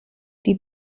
die